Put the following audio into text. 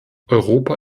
europa